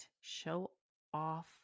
show-off